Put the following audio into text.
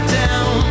down